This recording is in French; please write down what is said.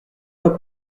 pas